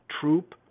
troop